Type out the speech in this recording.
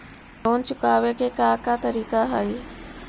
Loan चुकावे के का का तरीका हई?